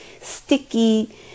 sticky